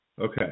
Okay